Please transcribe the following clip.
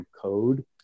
code